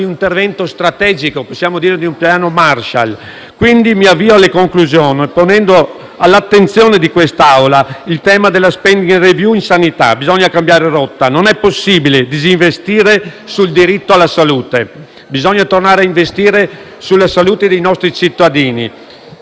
di intervento strategico, possiamo dire di un "piano Marshall". Mi avvio alla conclusione, ponendo all'attenzione di quest'Assemblea il tema della *spending review* in sanità. Bisogna cambiare rotta: non è possibile disinvestire sul diritto alla salute; bisogna tornare a investire sulla salute dei nostri cittadini.